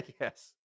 Yes